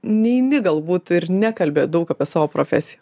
neini galbūt ir nekalbi daug apie savo profesiją